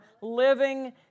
living